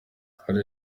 hari